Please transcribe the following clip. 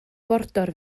border